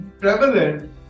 prevalent